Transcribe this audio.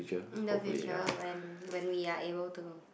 in the future when when we are able to